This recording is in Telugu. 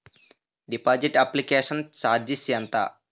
డిపాజిట్ అప్లికేషన్ చార్జిస్ ఎంత?